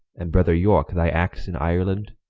and brother yorke, thy acts in ireland,